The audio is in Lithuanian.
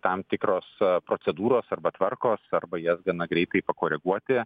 tam tikros procedūros arba tvarkos arba jas gana greitai pakoreguoti